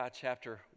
chapter